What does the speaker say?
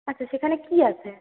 আচ্ছা সেখানে কী আছে